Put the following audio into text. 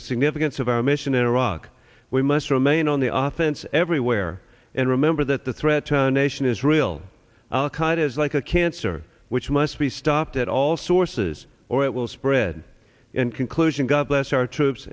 the significance of our mission in iraq we must remain on the authentic everywhere and remember that the threat to nation is real al qaida is like a cancer which must be stopped at all sources or it will spread in conclusion god bless our troops